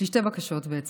יש לי שתי בקשות בעצם,